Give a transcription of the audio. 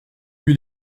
lui